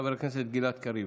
חבר הכנסת גלעד קריב,